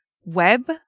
web